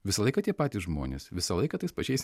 visą laiką tie patys žmonės visą laiką tais pačiais